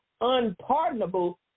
unpardonable